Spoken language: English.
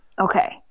Okay